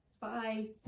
Bye